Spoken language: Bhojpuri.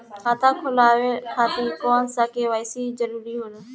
खाता खोलवाये खातिर कौन सा के.वाइ.सी जरूरी होला?